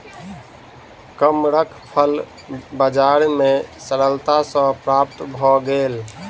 कमरख फल बजार में सरलता सॅ प्राप्त भअ गेल